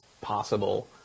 possible